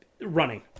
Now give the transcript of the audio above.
running